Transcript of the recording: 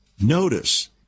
Notice